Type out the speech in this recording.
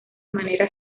manera